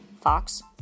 Fox